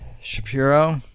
Shapiro